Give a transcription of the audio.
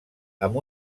amb